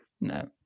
no